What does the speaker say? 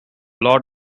lot